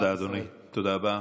תודה, אדוני, תודה רבה.